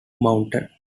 mountain